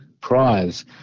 Prize